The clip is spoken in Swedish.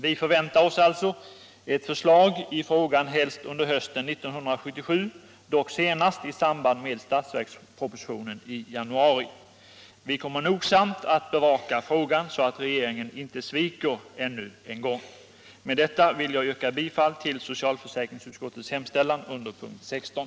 Vi förväntar oss alltså ett förslag i frågan helst under hösten 1977, dock senast i samband med budgetpropositionen i januari. Vi kommer nogsamt att bevaka frågan, så att regeringen inte sviker ännu en gång. Med det anförda vill jag yrka bifall till socialförsäkringsutskottets hemställan under punkten 16.